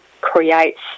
creates